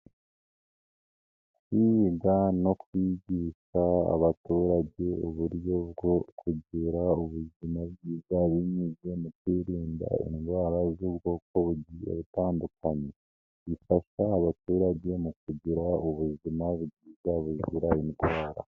Kwiga no kwigisha abaturage uburyo bwo kugira ubuzima bwiza binyuze mu kwirinda indwara z'ubwoko bugiye butandukanye zifasha abaturage mu kugira ubuzima bwiza buzira indwara.